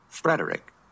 Frederick